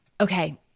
Okay